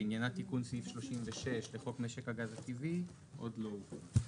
שעניינה תיקון סעיף 36 לחוק משק הגז הטבעי עוד לא הוקראה.